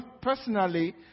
personally